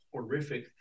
horrific